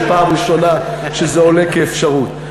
זו פעם ראשונה שזה עולה כאפשרות.